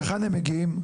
מהיכן הם מגיעים?